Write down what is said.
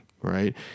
Right